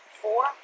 four